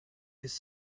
his